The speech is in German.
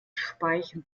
speichen